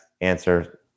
answer